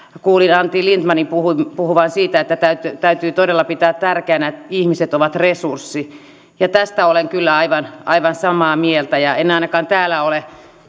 kuulin antti lindtmanin puhuvan puhuvan siitä että täytyy täytyy todella pitää tärkeänä että ihmiset ovat resurssi tästä olen kyllä aivan aivan samaa mieltä ja en ainakaan täällä ole